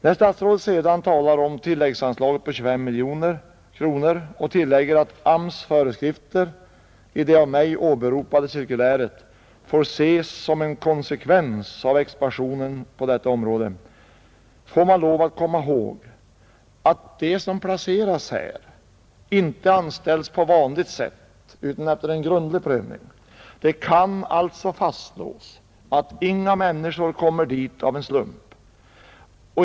När statsrådet talar om tilläggsanslaget på 25 miljoner kronor och säger att AMS:s föreskrifter i det av mig åberopade cirkuläret får ses som en konsekvens av expansionen på detta område, får man lov att komma ihåg att de som placeras i denna verksamhet inte anställs på vanligt sätt utan efter en grundlig prövning. Det kan alltså fastslås att inga människor kommer dit av en slump.